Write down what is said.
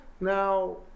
now